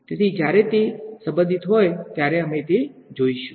તેથી જ્યારે તે સંબંધિત હોય ત્યારે અમે તે જોઈશું